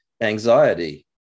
anxiety